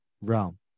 realm